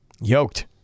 yoked